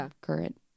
current